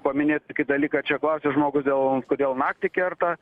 paminėt tokį dalyką čia klausia žmogus dėl kodėl naktį kerta